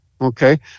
Okay